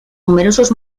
numerosos